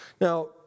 Now